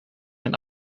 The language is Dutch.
een